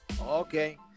Okay